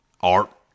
art